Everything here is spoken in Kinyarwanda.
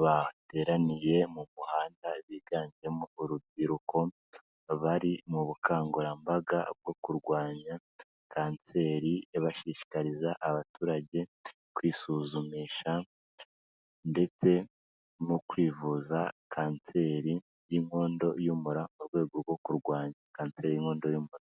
bateraniye mu muhanda biganjemo urubyiruko, bari mu bukangurambaga bwo kurwanya kanseri, bashishikariza abaturage kwisuzumisha ndetse no kwivuza kanseri y'inkondo y'umura, mu rwego rwo kurwanya kanseri y'inkondo y'umura.